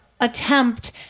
attempt